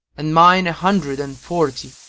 and mine a hundred and forty.